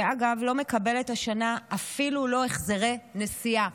שאגב, לא מקבלת השנה אפילו לא החזרי נסיעה.